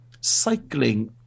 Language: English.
cycling